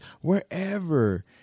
wherever